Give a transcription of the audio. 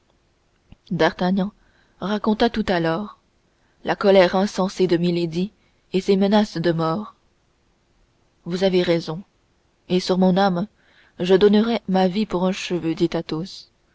d'artagnan raconta tout alors la colère insensée de milady et ses menaces de mort vous avez raison et sur mon âme je donnerais ma vie pour un cheveu dit athos